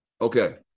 Okay